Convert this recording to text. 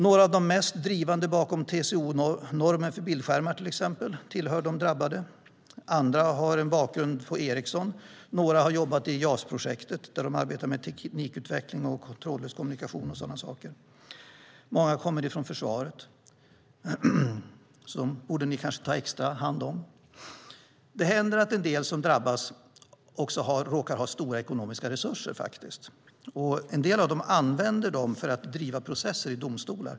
Några av de mest drivande bakom TCO-normen för bildskärmar tillhör till exempel de drabbade, andra har en bakgrund från Ericsson, och några har jobbat i JAS-projektet, där de arbetade med teknikutveckling, trådlös kommunikation och liknande. Många kommer från försvaret. Dem borde ni kanske ta hand om extra. Det händer att en del som drabbas råkar ha stora ekonomiska resurser, och en del av dem använder dem för att driva processer i domstolar.